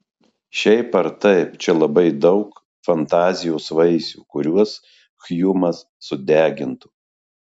šiaip ar taip čia labai daug fantazijos vaisių kuriuos hjumas sudegintų